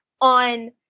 on